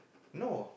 no